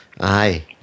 Aye